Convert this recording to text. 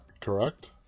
correct